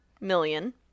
million